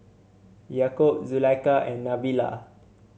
Yaakob Zulaikha and Nabila